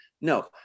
No